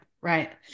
right